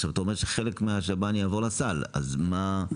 עכשיו אתה אומר שחלק מהשב"ן יעבור לסל, אז מה?